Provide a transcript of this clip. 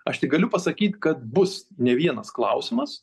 aš tik galiu pasakyt kad bus ne vienas klausimas